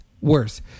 Worse